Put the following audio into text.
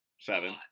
Seven